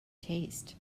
taste